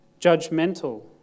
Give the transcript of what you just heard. judgmental